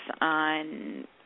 on